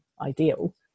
ideal